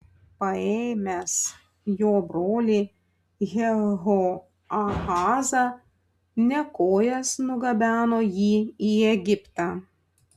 paėmęs jo brolį jehoahazą nekojas nugabeno jį į egiptą